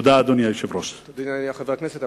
אדוני חבר הכנסת,